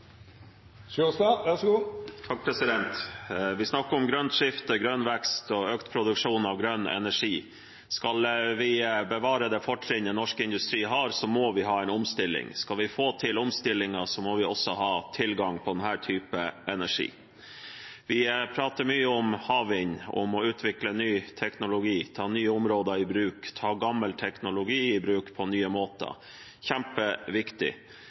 Vi snakker om grønt skifte, grønn vekst og økt produksjon av grønn energi. Skal vi bevare det fortrinnet norsk industri har, må vi ha en omstilling. Skal vi få til omstillingen, må vi også ha tilgang på denne typen energi. Vi prater mye om havvind, om å utvikle ny teknologi, ta nye områder i bruk, ta gammel teknologi i bruk på nye måter – kjempeviktig.